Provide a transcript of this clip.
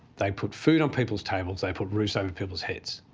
they put food on people's tables, they put roofs over people's heads.